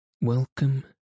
Welcome